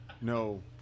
No